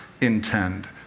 intend